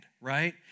right